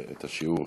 את השיעור.